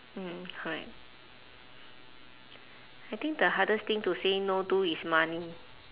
mm correct I think the hardest thing to say no to is money